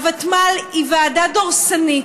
הוותמ"ל היא ועדה דורסנית.